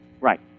Right